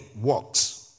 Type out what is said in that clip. works